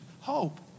hope